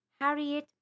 Harriet